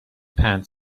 پنج